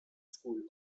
school